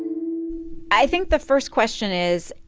i think the first question is,